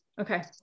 Okay